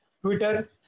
Twitter